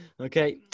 Okay